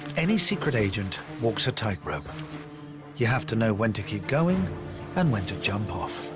any secret agent walks a tightrope. you have to know when to keep going and when to jump off.